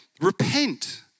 Repent